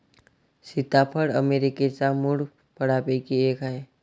सीताफळ अमेरिकेच्या मूळ फळांपैकी एक आहे